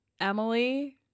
Emily